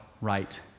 right